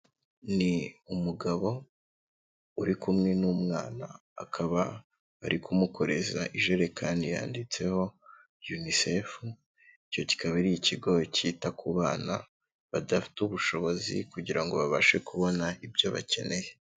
Ni umugabo uri kumwe n'umwana, akaba ari kumukoreza ijerekani yanditseho Unicefu icyo kikaba ari ikigo kita ku bana badafite ubushobozi kugira ngo babashe kubona ibyo bakeneye.